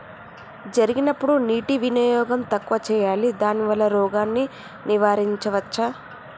జరిగినప్పుడు నీటి వినియోగం తక్కువ చేయాలి దానివల్ల రోగాన్ని నివారించవచ్చా?